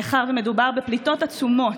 מאחר שמדובר בפליטות עצומות,